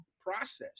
process